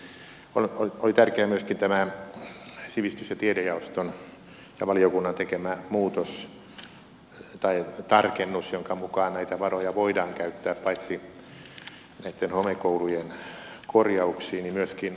oli tärkeä myöskin tämä sivistys ja tiedejaoston ja valiokunnan tekemä tarkennus jonka mukaan näitä varoja voidaan käyttää paitsi näitten homekoulujen korjauksiin myöskin uudisrakentamiseen